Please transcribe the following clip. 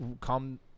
come